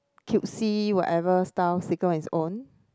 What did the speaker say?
cutesy whatever style sticker on it's own